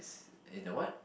in a what